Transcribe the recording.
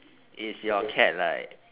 is your cat like